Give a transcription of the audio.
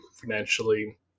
financially